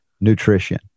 nutrition